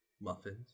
muffins